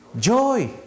Joy